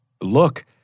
look